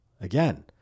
again